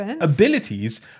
abilities